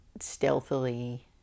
stealthily